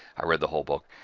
i read the whole book,